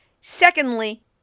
Secondly